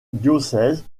diocèse